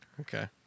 Okay